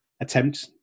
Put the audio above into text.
attempt